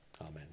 Amen